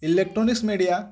electronics media